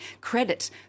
credit